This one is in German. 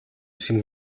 sind